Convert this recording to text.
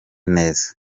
neza